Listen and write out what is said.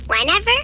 whenever